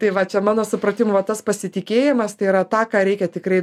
tai va čia mano supratimu va tas pasitikėjimas tai yra tą ką reikia tikrai